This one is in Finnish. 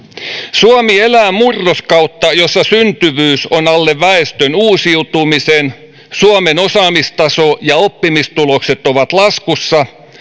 suomi elää murroskautta jossa syntyvyys on alle väestön uusiutumisen suomen osaamistaso ja oppimistulokset ovat laskussa